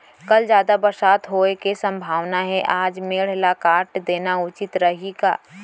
कल जादा बरसात होये के सम्भावना हे, आज मेड़ ल काट देना उचित रही का?